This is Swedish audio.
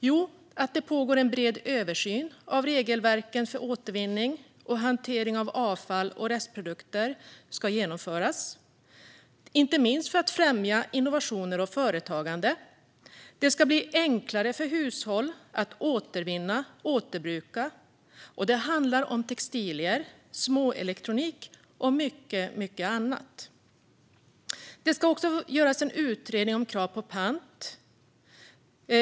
Jo, att en bred översyn av regelverken för återvinning och hantering av avfall och restprodukter ska genomföras, inte minst för att främja innovation och företagande. Det ska bli enklare för hushåll att återvinna och återbruka. Det handlar om textilier, småelektronik och mycket annat. Det ska också göras en utredning om krav på pant.